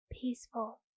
Peaceful